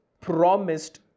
promised